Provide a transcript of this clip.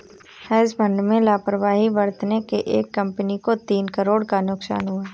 hedge fund में लापरवाही बरतने से एक कंपनी को तीन करोड़ का नुकसान हुआ